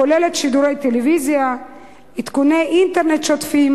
הכוללת שידורי טלוויזיה ועדכוני אינטרנט שוטפים,